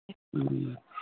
ꯎꯝ